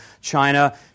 China